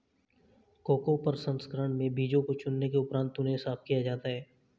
cocoa प्रसंस्करण में बीजों को चुनने के उपरांत उन्हें साफ किया जाता है